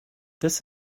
this